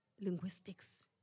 linguistics